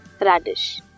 radish